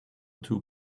two